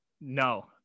no